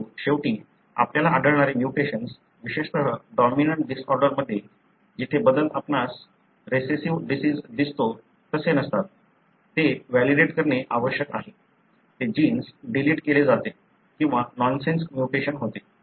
परंतु शेवटी आपल्याला आढळणारे म्युटेशन्स विशेषत डॉमिनंट डिसऑर्डरमध्ये जेथे बदल आपणास रेसेसिव्ह डिसिज दिसतो तसे नसतात हे वॅलिडेट करणे आवश्यक आहे ते जीन्स डिलीट केले जाते किंवा नॉनसेन्स म्युटेशन होते